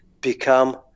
become